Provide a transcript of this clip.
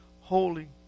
holy